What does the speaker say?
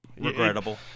regrettable